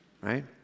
right